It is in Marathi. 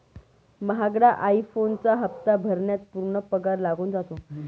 महागडा आई फोनचा हप्ता भरण्यात पूर्ण पगार लागून जातो